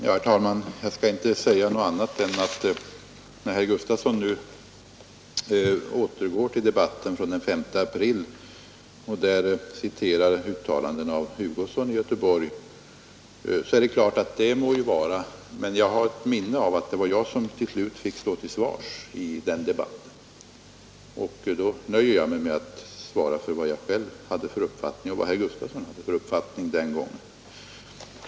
Herr Jag skall inte säga något annat än att Gustafson i Göteborg nu återgår till debatten den 5 april och där citerar uttalanden av herr Hugosson i Göteborg må detta vara hänt. Men jag har ett minne av att det var jag som till slut fick stå till svars i den debatten. Då nöjer jag mig med att svara för vad jag själv hade för uppfattning och vad herr Gustafson ansåg den gången.